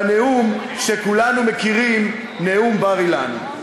בנאום שכולנו מכירים, נאום בר-אילן.